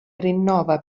rinnova